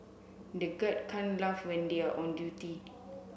the guard can't laugh when they are on duty